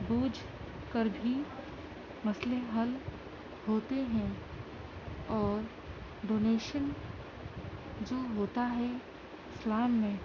بوجھ کر بھی مسئلے حل ہوتے ہیں اور ڈونیشن جو ہوتا ہے اسلام میں